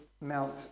Mount